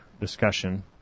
discussion